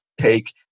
take